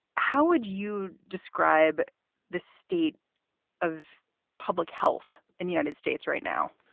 how would you describe the state of public health in united states right now?